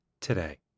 today